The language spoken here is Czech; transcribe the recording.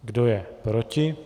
Kdo je proti?